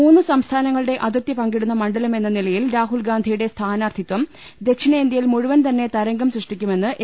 മൂന്ന് സംസ്ഥാനങ്ങളുടെ അതിർത്തി പങ്കിടുന്ന മണ്ഡലമെന്ന നിലയിൽ രാഹുൽഗാന്ധിയുടെ സ്ഥാനാർത്ഥിത്വം ദക്ഷിണേന്തൃയിൽ മുഴുവൻ തന്നെ തരംഗം സൃഷ്ടിക്കുമെന്ന് എ